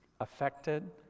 affected